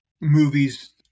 movies